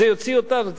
זה יוציא אותנו,